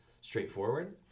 straightforward